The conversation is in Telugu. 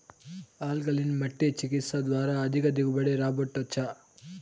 ఆల్కలీన్ మట్టి చికిత్స ద్వారా అధిక దిగుబడి రాబట్టొచ్చా